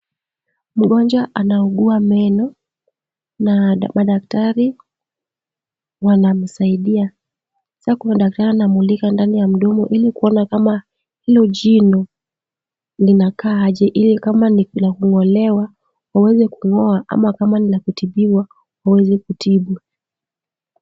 Mgonjwa anaugua meno na madaktari wanamsaidia. Kuna daktari anamulika ndani ya mdomo ili kuona kama hilo jino linakaa aje ili kama ni la kung'olewa, waweze kung'oa ama kama ni la kutibiwa waweze kutibu.